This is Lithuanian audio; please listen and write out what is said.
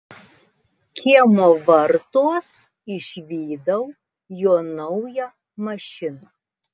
kiemo vartuos išvydau jo naują mašiną